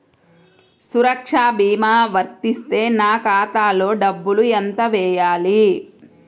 సురక్ష భీమా వర్తిస్తే నా ఖాతాలో డబ్బులు ఎంత వేయాలి?